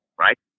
right